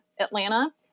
Atlanta